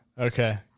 Okay